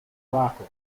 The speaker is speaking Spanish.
abajo